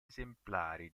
esemplari